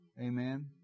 Amen